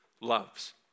loves